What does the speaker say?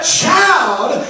child